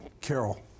Carol